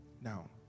Now